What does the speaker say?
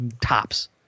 tops